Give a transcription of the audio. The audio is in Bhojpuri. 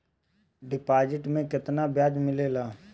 डिपॉजिट मे केतना बयाज मिलेला?